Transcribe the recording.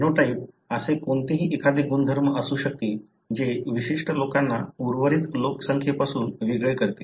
phenotype असे कोणतेही एखादे गुणधर्म असू शकते जे विशिष्ट लोकांना उर्वरित लोकसंख्येपासून वेगळे करते